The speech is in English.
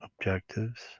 objectives